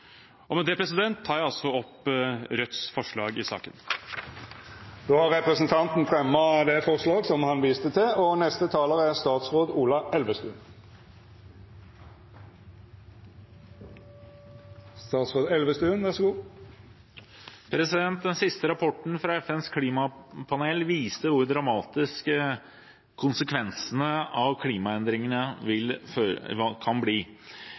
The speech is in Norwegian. Med det tar jeg opp Rødts forslag i saken. Representanten Bjørnar Moxnes har teke opp det forslaget han refererte til. Den siste rapporten fra FNs klimapanel viser hvor dramatiske konsekvensene av klimaendringene kan bli. Den